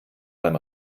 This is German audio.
beim